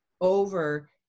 over